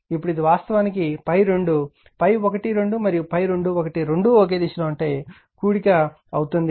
ఇప్పుడు ఇది వాస్తవానికి ∅2 ∅12మరియు ∅21 రెండూ ఒకే దిశలో ఉంటాయి కూడిక అవుతుంది